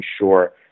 ensure